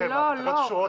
להתעכב.